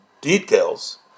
details